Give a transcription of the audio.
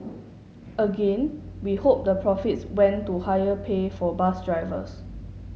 again we hope the profits went to higher pay for bus drivers